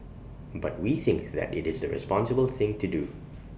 but we think that IT is the responsible thing to do